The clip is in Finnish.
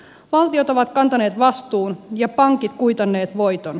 valtiot ovat kantaneet vastuun ja pankit kuitanneet voiton